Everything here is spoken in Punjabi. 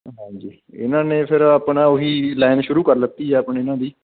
ਹਾਂਜੀ ਇਹਨਾਂ ਨੇ ਫਿਰ ਆਪਣਾ ਉਹੀ ਲਾਈਨ ਸ਼ੁਰੂ ਕਰ ਲੀਤੀ ਆ ਆਪਣੇ ਇਹਨਾਂ ਦੀ